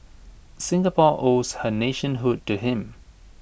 Singapore owes her nationhood to him